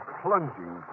plunging